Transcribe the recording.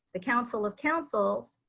the council of councils,